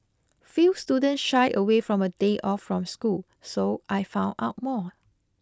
few students shy away from a day off from school so I found out more